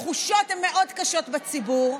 התחושות מאוד קשות בציבור.